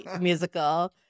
musical